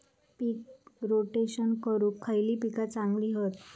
पीक rotation करूक खयली पीका चांगली हत?